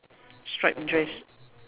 striped dress